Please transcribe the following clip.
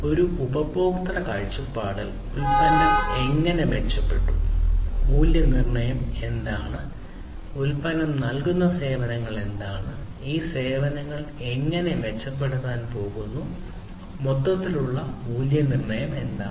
ഒരു ഉപഭോക്തൃ കാഴ്ചപ്പാടിൽ ഉൽപ്പന്നം എങ്ങനെ മെച്ചപ്പെട്ടു മൂല്യനിർണ്ണയം എന്താണ് ഉൽപ്പന്നം നൽകുന്ന സേവനങ്ങൾ ഈ സേവനങ്ങൾ എങ്ങനെ മെച്ചപ്പെടുത്താൻ പോകുന്നു മൊത്തത്തിലുള്ള മൂല്യനിർണ്ണയം എന്താണ്